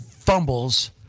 fumbles